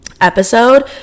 episode